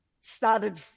started